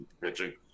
pitching